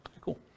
Cool